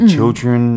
Children